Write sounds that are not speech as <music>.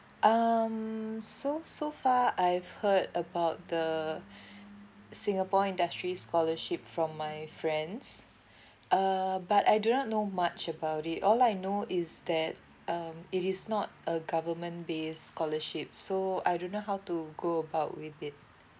um so so far I've heard about the <breath> singapore industry scholarship from my friends uh but I do not know much about it all I know is that um it is not a government based scholarship so I don't know how to go about with it